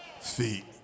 feet